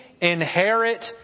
inherit